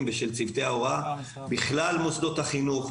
ושל צוותי ההוראה בכלל מוסדות החינוך,